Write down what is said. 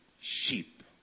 sheep